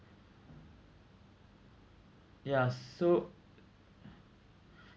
ya so